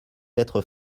être